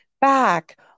back